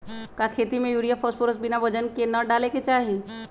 का खेती में यूरिया फास्फोरस बिना वजन के न डाले के चाहि?